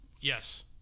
Yes